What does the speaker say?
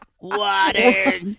Water